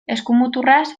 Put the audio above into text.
eskumuturraz